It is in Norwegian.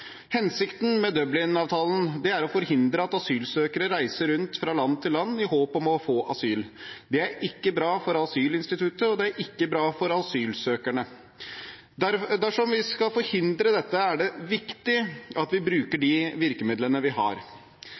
Hensikten med Dublin-avtalen er å forhindre at asylsøkere reiser rundt fra land til land i håp om å få asyl. Det er ikke bra for asylinstituttet, og det er ikke bra for asylsøkerne. Dersom vi skal forhindre dette, er det viktig at vi bruker de virkemidlene vi har.